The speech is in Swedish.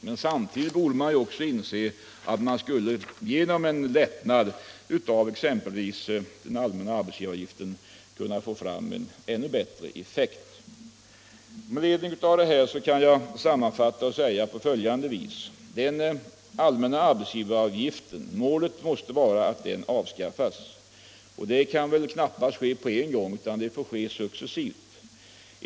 Men samtidigt borde statsmakterna inse att man exempelvis genom en lättnad i den allmänna arbetsgivaravgiften kunde uppnå en ännu bättre effekt. Med ledning av det anförda vill jag sammanfattningsvis framhålla följande. Målet måste vara att den allmänna arbetsgivaravgiften avskaffas. Det kan dock knappast göras på en gång, utan det får väl ske successivt.